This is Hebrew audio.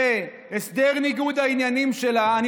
והסדר ניגוד העניינים שלה ------ אני